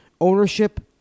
Ownership